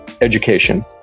education